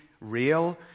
real